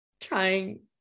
trying